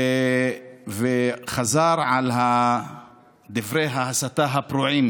הוא חזר על דברי ההסתה הפרועים